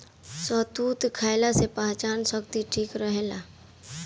शहतूत खाए से पाचन शक्ति ठीक रहेला